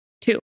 two